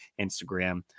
Instagram